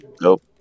Nope